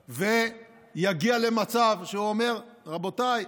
ויגיע למצב שהוא אומר: רבותיי,